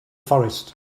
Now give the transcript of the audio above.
forest